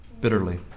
bitterly